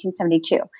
1972